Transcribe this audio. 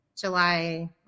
July